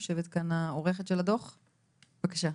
יושבת כאן עורכת הדוח, בבקשה.